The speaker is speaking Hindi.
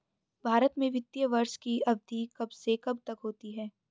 भारत में वित्तीय वर्ष की अवधि कब से कब तक होती है?